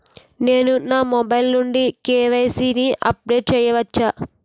నేను నా మొబైల్ నుండి కే.వై.సీ ని అప్డేట్ చేయవచ్చా?